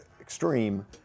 extreme